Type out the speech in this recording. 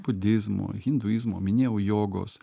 budizmo hinduizmo minėjau jogos